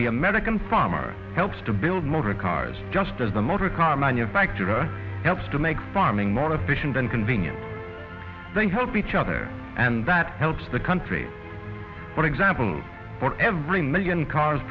the american promise helps to build motor cars just as the motor car manufacturer helps to make farming more efficient and convenient they help each other and that helps the country for example for every million cars